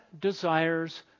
desires